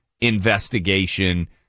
investigation